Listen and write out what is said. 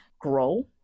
grow